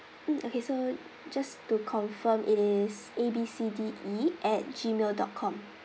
mm okay so just to confirm it is A B C D E at Gmail dot com